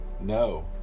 no